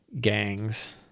gangs